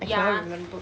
I cannot remember